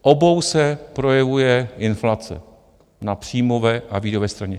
V obou se projevuje inflace na příjmové a výdajové straně.